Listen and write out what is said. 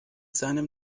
seinem